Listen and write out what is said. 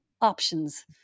options